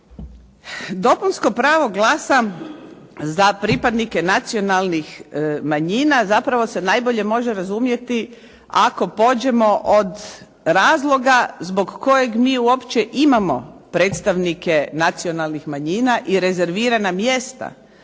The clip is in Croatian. dopunsko pravo glasa za pripadnike nacionalnih manjina zapravo se najbolje može razumjeti ako pođemo od razloga zbog kojeg mi uopće imamo predstavnike nacionalnih manjina i rezervirana mjesta